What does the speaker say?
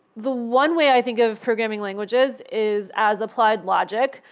the one way i think of programming languages is as applied logic.